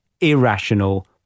irrational